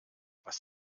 was